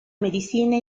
medicina